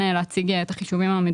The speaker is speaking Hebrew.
אני לא יודע מה ההחלטה שתתקבל פה היום,